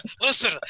Listen